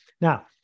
Now